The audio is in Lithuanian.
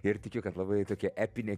ir tikiu kad labai tokia epinė